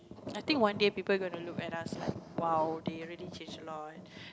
I think one day people gonna look at us like !wow! they really change a lot